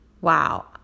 wow